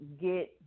get